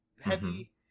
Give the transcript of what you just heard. heavy